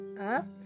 up